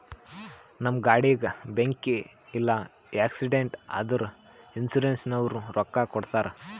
ನಮ್ ಗಾಡಿಗ ಬೆಂಕಿ ಇಲ್ಲ ಆಕ್ಸಿಡೆಂಟ್ ಆದುರ ಇನ್ಸೂರೆನ್ಸನವ್ರು ರೊಕ್ಕಾ ಕೊಡ್ತಾರ್